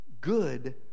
good